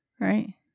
Right